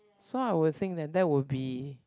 so I would think that that will be